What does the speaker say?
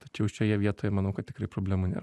tačiau šioje vietoj manau kad tikrai problemų nėra